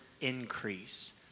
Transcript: increase